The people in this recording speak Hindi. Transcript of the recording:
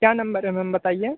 क्या नंबर है मैम बताइए